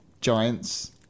Giants